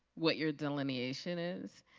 what your delineation is,